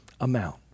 amount